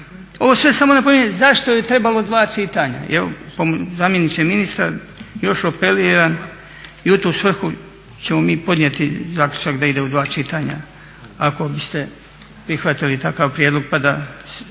Ovo sve samo napominjem zašto je trebalo dva čitanja. Evo zamjeniče ministra još apeliram i u tu svrhu ćemo mi podnijeti zaključak da ide u dva čitanja ako biste prihvatili takav prijedlog pa da